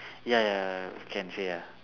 ya ya ya can say ah